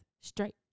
Straight